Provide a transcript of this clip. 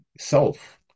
self